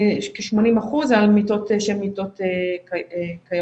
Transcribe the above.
כ-80% זה מיטות שהן מיטות קיימות.